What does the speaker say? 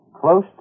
close